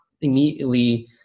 immediately